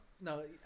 No